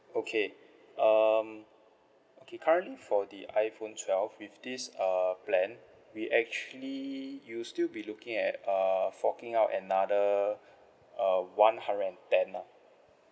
okay um okay currently for the iPhone twelve with this uh plan we actually you'll still be looking at uh forking out another uh one hundred and ten lah